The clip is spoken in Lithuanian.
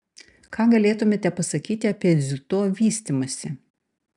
ką galėtumėte pasakyti apie dziudo vystymąsi